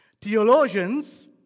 Theologians